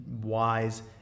wise